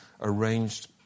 arranged